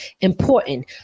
important